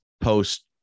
post